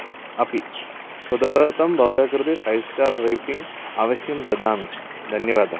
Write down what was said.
अपि सो तदर्थं भवतां कृते फैस्टार् रेटिङ्ग् अवश्यं ददामि धन्यवादः